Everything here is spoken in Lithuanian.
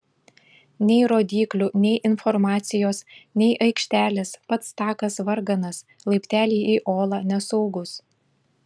nei rodyklių nei informacijos nei aikštelės pats takas varganas laipteliai į olą nesaugūs